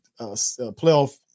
playoff